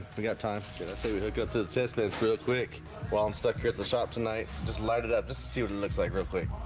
we got time say we hook up to the chest. but it's real quick while i'm stuck here at the shop tonight just light it up just student looks like real quick